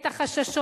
את החששות.